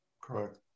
Correct